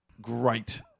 great